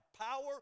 power